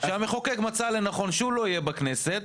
שהמחוקק מצא לנכון שהוא לא יהיה בכנסת,